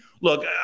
look